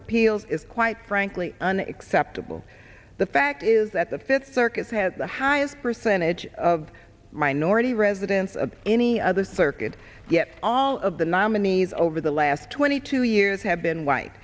appeals is quite frankly unacceptable the fact is that the fifth circuit has the highest percentage of minority residents of any other circuit yet all of the nominees over the last twenty two years have been white